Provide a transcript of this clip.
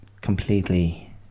completely